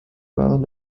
waren